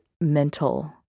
mental